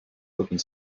looking